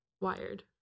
Wired